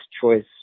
choice